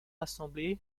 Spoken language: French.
rassemblés